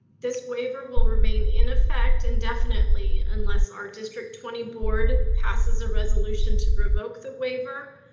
this waiver will remain in effect indefinitely unless our district twenty board passes a resolution to revoke the waiver,